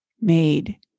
made